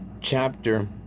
chapter